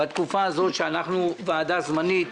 בתקופה הזאת שאנחנו ועדה זמנית,